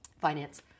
finance